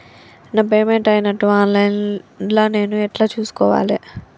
నా పేమెంట్ అయినట్టు online లా నేను ఎట్ల చూస్కోవాలే?